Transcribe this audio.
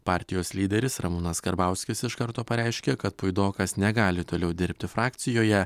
partijos lyderis ramūnas karbauskis iš karto pareiškė kad puidokas negali toliau dirbti frakcijoje